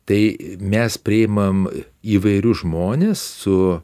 tai mes priimam įvairius žmones su